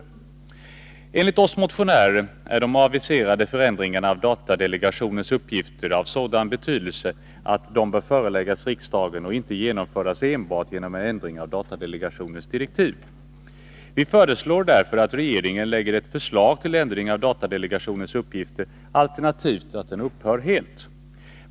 Enligt oss motionärer är de aviserade förändringarna av datadelegationens uppgifter av sådan betydelse att de bör föreläggas riksdagen och inte genomföras enbart genom en ändring av delegationens direktiv. Vi föreslår därför att regeringen lägger fram ett förslag till ändring av datadelegationens uppgifter, alternativt att den upphör helt.